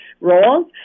roles